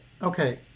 Okay